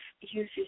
uses